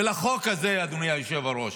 ולחוק הזה, אדוני היושב-ראש: